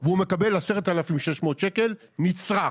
נצרך.